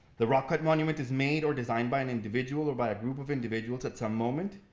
the rock cut monument is made or designed by an individual or by a group of individuals at some moment,